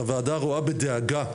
הועדה רואה בדאגה,